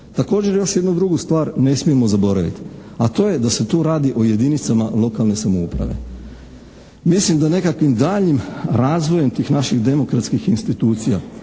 Također još jednu drugu stvar ne smijemo zaboraviti, a to je da se tu radi o jedinicama lokalne samouprave. Mislim da nekakvim daljnjim razvojem tih naših demokratskih institucija,